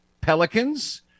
pelicans